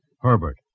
Herbert